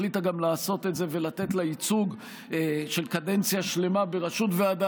החליטה גם לעשות את זה ולתת לה ייצוג של קדנציה שלמה בראשות ועדה,